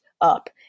up